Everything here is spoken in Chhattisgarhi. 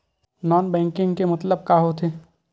नॉन बैंकिंग के मतलब का होथे?